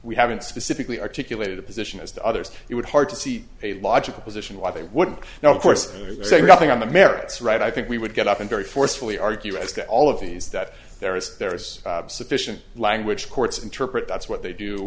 we haven't specifically articulated a position as to others it would hard to see a logical position why they wouldn't now of course saying nothing on the merits right i think we would get up and very forcefully argue as to all of these that there is there's sufficient language courts interpret that's what they do